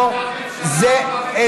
זה הממשלה, הקודם.